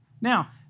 Now